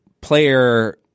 player